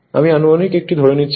আমি আনুমানিক একটি ধরে নিচ্ছি